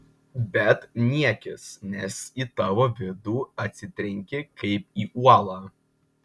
bet niekis nes į tavo vidų atsitrenki kaip į uolą